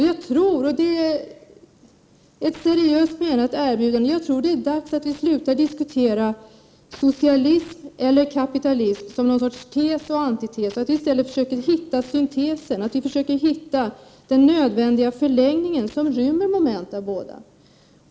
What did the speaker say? Jag har ett seriöst förslag att vi skall sluta att diskutera socialism eller kapitalism som en sorts tes och antites. Vi måste i stället försöka hitta syntesen, den nödvändiga förlängningen, som rymmer moment av båda.